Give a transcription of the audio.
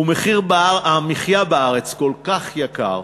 ומחיר המחיה בארץ כל כך גבוה,